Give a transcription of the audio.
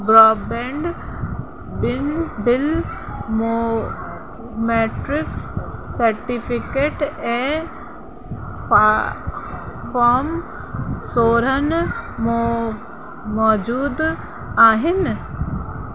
broadband बिन bill मां matric certificate ऐं फा फॉम सोरहनि मो मौजूद आहिनि